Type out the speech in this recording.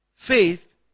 Faith